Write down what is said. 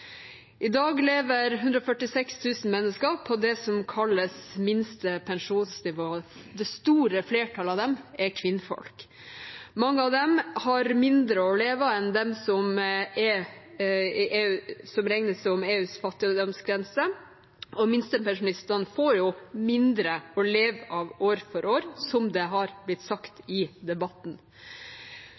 I dag lever 146 000 mennesker på det som kalles minste pensjonsnivå. Det store flertallet av dem er kvinnfolk. Mange av dem har mindre å leve av enn det som regnes som EUs fattigdomsgrense, og minstepensjonistene får mindre å leve av år for år, som det har blitt sagt i debatten.